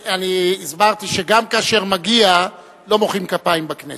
הסברתי שגם כאשר מגיע, לא מוחאים כפיים בכנסת.